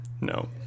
No